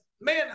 man